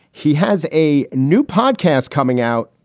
he has a new podcast coming out.